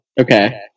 Okay